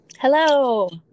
Hello